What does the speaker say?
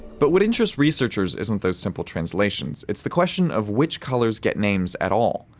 but what interests researchers isn't those simple translations, it's the question of which colors get names at all.